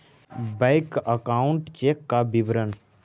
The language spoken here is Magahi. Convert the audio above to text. बैक अकाउंट चेक का विवरण?